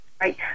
Right